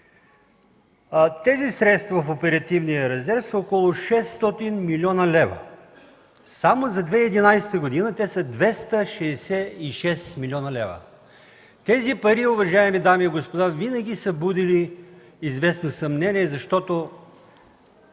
средствата в оперативния резерв са около 600 млн. лв. Само за 2011 г. те са 266 млн. лв. Тези пари, уважаеми дами и господа, винаги са будили известно съмнение, защото